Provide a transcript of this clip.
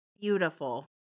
beautiful